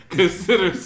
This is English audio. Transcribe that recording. consider